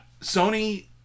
Sony